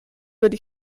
würde